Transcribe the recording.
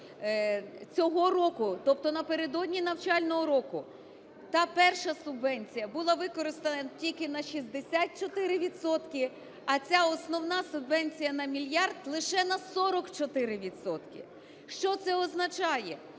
цього року, тобто напередодні навчального року та перша субвенція була використана тільки на 64 відсотки, а ця основна субвенція на мільярд лише на 44 відсотки. Що це означає?